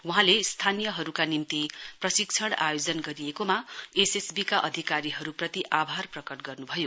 वहाँले स्थानीयहरूका निम्ति प्रशिक्षण आयोजना गरिएओकमा एसएसबी का अधिकारीहरूप्रति आभार प्रकट गर्नु भयो